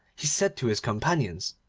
he said to his companions,